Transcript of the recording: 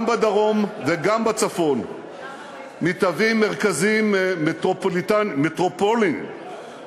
גם בדרום וגם בצפון מתהוות מטרופולינים חדשות,